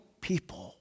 people